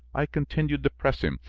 i continued to press him,